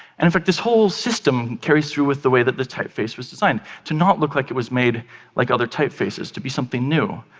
and in fact, this whole system carries through with the way that the typeface was designed. to not look like it was made like other typefaces, to be something new.